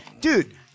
dude